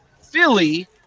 Philly